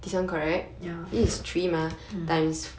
ya mm